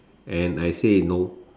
and I say no